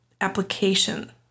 application